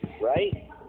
Right